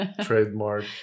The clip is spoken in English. Trademark